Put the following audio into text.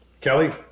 kelly